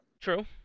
True